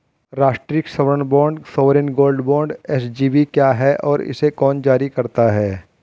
राष्ट्रिक स्वर्ण bond sovereign gold bond SGB क्या है और इसे कौन जारी करता है?